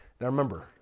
now remember,